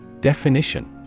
Definition